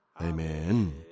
Amen